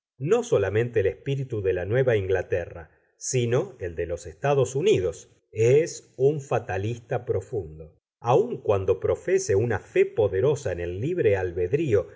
no solamente el espíritu de la nueva inglaterra sino el de los estados unidos es un fatalista profundo aun cuando profese una fe poderosa en el libre albedrío